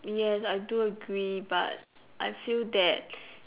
yes I do agree but I feel that